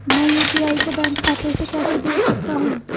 मैं यू.पी.आई को बैंक खाते से कैसे जोड़ सकता हूँ?